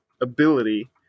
ability